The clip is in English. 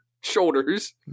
shoulders